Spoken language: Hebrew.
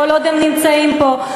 כל עוד הם נמצאים פה,